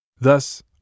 Thus